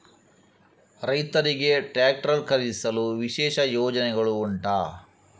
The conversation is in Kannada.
ರೈತರಿಗೆ ಟ್ರಾಕ್ಟರ್ ಖರೀದಿಸಲು ವಿಶೇಷ ಯೋಜನೆಗಳು ಉಂಟಾ?